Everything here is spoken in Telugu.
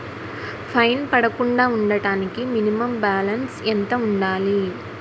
ఫైన్ పడకుండా ఉండటానికి మినిమం బాలన్స్ ఎంత ఉండాలి?